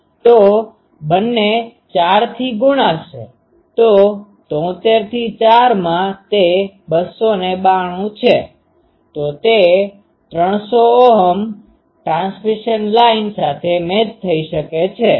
તો બંને 4 થી ગુણાશે તો 73 થી 4 માં તે 292 છે તો તે 300 Ω ટ્રાન્સમિશન લાઇન સાથે મેચ થઈ શકે છે